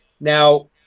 Now